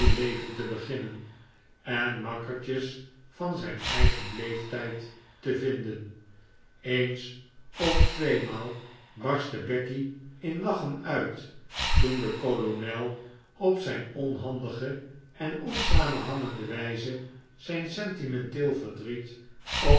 leven te beginnen en makkertjes van zijn eigen leeftijd te vinden eens of tweemaal barstte becky in lachen uit toen de kolonel op zijn onhandige en onsamenhangende wijze zijn sentimenteel verdriet over